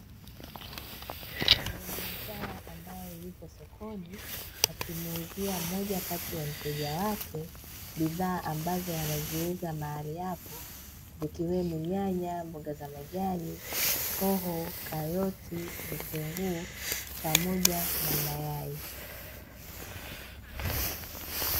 Mfanyabiashara ambaye yupo sokoni, akimuuzia mmoja kati ya mteja wake bidhaa ambazo anaziuza mahali hapo, zikiwemo nyanya, mboga za majani, hoho, karoti, vitunguu, pamoja na mayai.